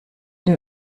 den